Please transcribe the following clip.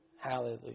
Hallelujah